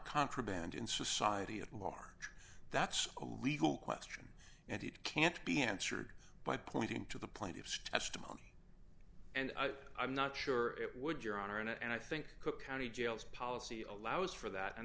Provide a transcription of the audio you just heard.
contraband in society at large that's a legal question and it can't be answered by pointing to the plaintiff's testimony and i i'm not sure it would your honor and i think cook county jails policy allows for that and